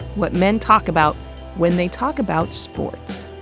what men talk about when they talk about sports.